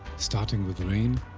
starting with rain,